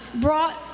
brought